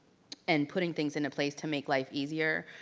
and putting things into place to make life easier,